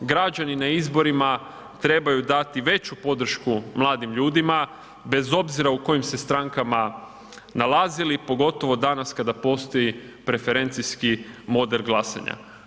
Građani na izborima trebaju dati veću podršku mladim ljudima bez obzira u kojim se strankama nalazili pogotovo danas kada postoji preferencijski model glasanja.